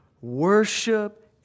worship